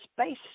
space